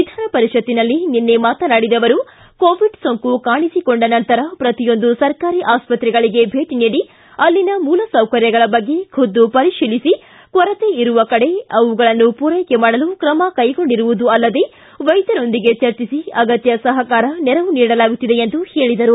ವಿಧಾನಪರಿಷತ್ನಲ್ಲಿ ನಿನ್ನೆ ಮಾತನಾಡಿದ ಅವರು ಕೋವಿಡ್ ಸೋಂಕು ಕಾಣಿಸಿಕೊಂಡ ನಂತರ ಪ್ರತಿಯೊಂದು ಸರ್ಕಾರಿ ಆಸ್ಪತ್ರೆಗಳಿಗೆ ಭೇಟಿ ನೀಡಿ ಅಲ್ಲಿನ ಮೂಲ ಸೌಕರ್ಯಗಳ ಬಗ್ಗೆ ಖುದ್ದು ಪರಿತೀಲಿಸಿ ಕೊರತೆ ಇರುವ ಕಡೆ ಅವುಗಳನ್ನು ಪೂರೈಕೆ ಮಾಡಲು ಕ್ರಮ ಕೈಗೊಂಡಿರುವುದು ಅಲ್ಲದೇ ವೈದ್ಯರೊಂದಿಗೆ ಚರ್ಚಿಸಿ ಅಗತ್ಯ ಸಹಕಾರ ನೆರವು ನೀಡಲಾಗುತ್ತಿದೆ ಎಂದು ಹೇಳಿದರು